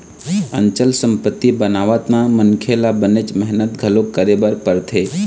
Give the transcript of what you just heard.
अचल संपत्ति बनावत म मनखे ल बनेच मेहनत घलोक करे बर परथे